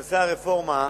בנושא הרפורמה,